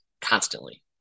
constantly